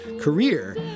career